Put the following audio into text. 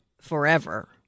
forever